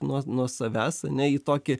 nuo nuo savęs ane į tokį